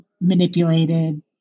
manipulated